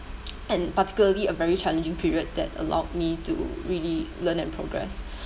and particularly a very challenging period that allowed me to really learn and progress